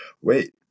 Wait